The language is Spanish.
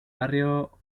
barrio